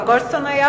גולדסטון לא פה?